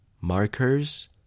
Markers